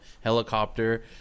helicopter